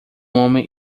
homem